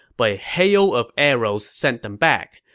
but a hail of arrows sent them back.